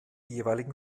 jeweiligen